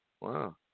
Wow